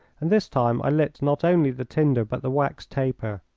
and this time i lit not only the tinder but the wax taper.